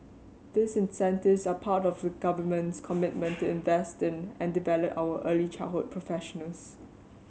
these initiatives are part of the government's commitment to invest in and develop our early childhood professionals